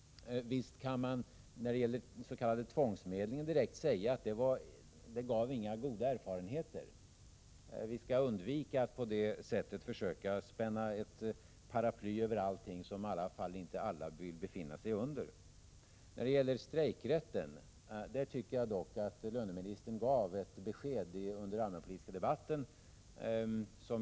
Visst kan man om den s.k. tvångsmedlingen direkt säga att den inte gav några goda erfarenheter. Vi skall undvika att på det sättet försöka spänna ett paraply över allting. Alla vill i alla fall inte befinna sig under det. Beträffande strejkrätten tycker jag dock att löneministern gav ett besked under den allmänpolitiska debatten.